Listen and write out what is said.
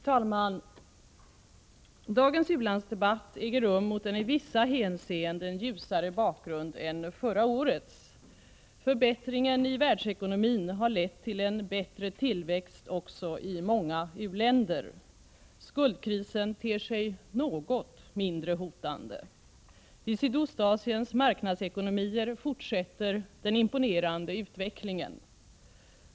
Fru talman! Dagens u-landsdebatt äger rum mot en i vissa hänseenden ljusare bakgrund än förra årets. Förbättringen i världsekonomin har lett till en bättre tillväxt också i många u-länder. Skuldkrisen ter sig något mindre hotande. I Sydostasiens marknadsekonomier fortsätter den imponerande utvecklingen.